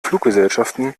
fluggesellschaften